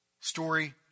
story